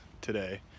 today